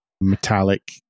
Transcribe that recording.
metallic